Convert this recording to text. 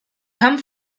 come